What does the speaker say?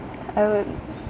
I would